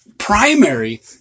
Primary